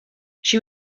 she